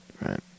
right